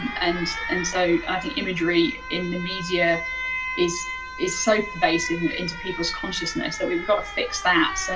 and and so i think imagery in the media is is so pervasive into people's consciousness that we've got to fix that. so